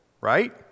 right